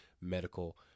medical